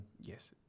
yes